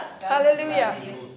Hallelujah